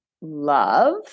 love